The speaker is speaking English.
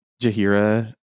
jahira